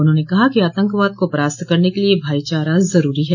उन्होंने कहा कि आतंकवाद को परास्त करने के लिये भाईचारा जरूरी है